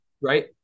right